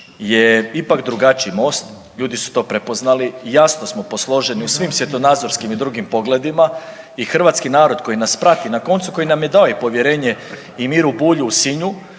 je ipak drugačiji Most, ljudi su to prepoznali jasno smo posloženi u svim svjetonazorskim i drugim pogledima i hrvatski narod koji nas prati, na koncu koji nam je i dao povjerenje i Miru Bulju u Sinju